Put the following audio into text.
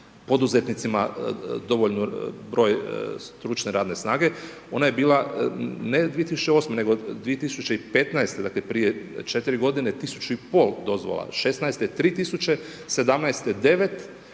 poduzetnicima dovoljan broj stručne radne snage. Ona je bila ne 2008. nego 2015. dakle, prije 4 g. 1500 dozvola, '16. 3000, '17. 9,